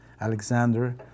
Alexander